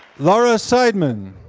laura seidman.